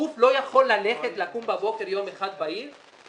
גוף לא יכול ללכת, לקום בבוקר יום בהיר אחד